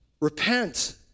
Repent